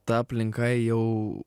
ta aplinka jau